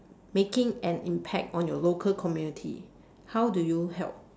making an impact on your local community how do you help